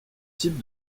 types